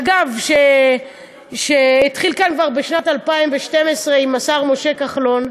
אגב, שהתחיל כאן כבר בשנת 2012, עם השר משה כחלון,